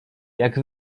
jak